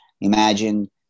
Imagine